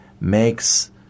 makes